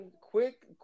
Quick